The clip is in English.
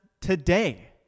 today